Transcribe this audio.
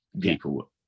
people